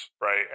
right